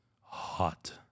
hot